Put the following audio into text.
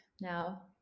now